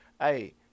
Hey